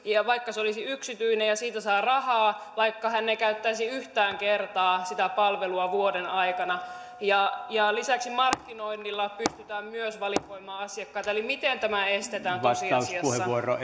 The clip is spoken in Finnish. vaikka se olisi yksityinen ja se saa siitä rahaa vaikka hän ei käyttäisi yhtään kertaan sitä palvelua vuoden aikana lisäksi markkinoinnilla pystytään myös valikoimaan asiakkaita eli miten tämä estetään tosiasiassa